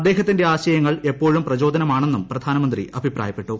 അദ്ദേഹത്തിന്റെ ആശയങ്ങൾ എപ്പോഴും പ്രചോദനമാണെന്നും പ്രധാനമന്ത്രി അഭിപ്രായപ്പെട്ടു